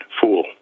fool